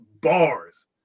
bars